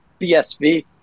BSV